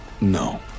No